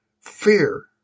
fear